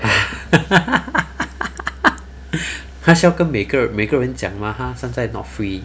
他需要跟每个每个人讲 mah 他现在 not free